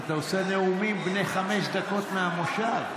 אתה עושה נאומים בני חמש דקות מהמושב.